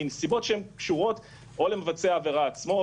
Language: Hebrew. בנסיבות שקשורות או למבצע העבירה עצמו,